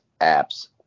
apps